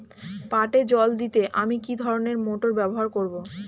পাটে জল দিতে আমি কি ধরনের মোটর ব্যবহার করব?